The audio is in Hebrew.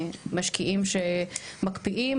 משקיעים שמקפיאים,